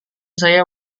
saya